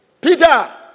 Peter